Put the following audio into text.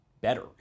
better